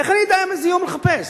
איך אני אדע באיזה יום לחפש?